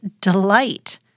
delight